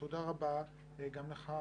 תודה רבה גם לך,